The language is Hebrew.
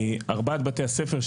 ארבעת בתי הספר,